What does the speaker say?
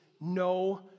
no